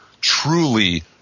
truly